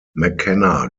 mckenna